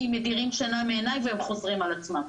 כי הם מדירים שינה מעיניי והם חוזרים על עצמם.